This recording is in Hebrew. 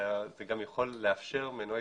אלא זה גם יכול לאפשר מנועי